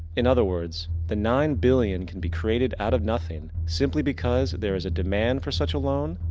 in other words, the nine billion can be created out of nothing. simply because there is a demand for such a loan,